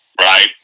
Right